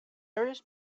various